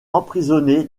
emprisonné